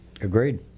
Agreed